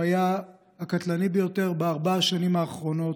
והוא היה הקטלני ביותר בארבע השנים האחרונות,